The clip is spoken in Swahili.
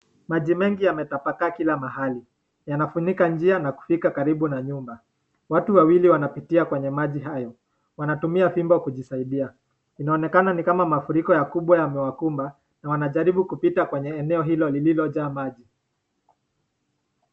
Maji mengi yametapakaa kila mahali, yanafunika njia na kufika karibu na nyumba, watu wawili wanapitia kwenye maji hayo, wanatumia fimbo kujisaidia, inaonekana ni kama mafuriko makubwa yamewakumba na wanajaribu kupita kwenye eneo hilo lililojaa maji.